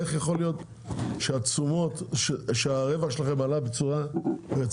איך יכול להיות שהרווח שלכם עלה בצורה רצינית,